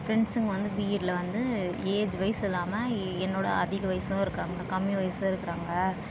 ஃப்ரெண்ட்ஸ்ஸுங்க வந்து பிஎட்ல வந்து ஏஜ் வைஸ் இல்லாமல் எ என்னோடய அதிக வயசும் இருக்கிறாங்க கம்மி வயசில் இருக்கிறாங்க